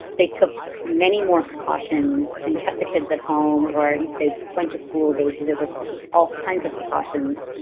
they took many more precautions and kept the kids at home. or if they went to school, they did it with all kinds of precautions.